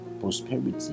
prosperity